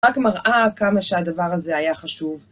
רק מראה כמה שהדבר הזה היה חשוב.